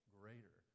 greater